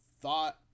thought